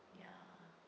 ya